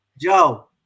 Joe